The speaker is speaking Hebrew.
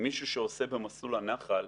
מישהו שעושה שירות במסלול הנח"ל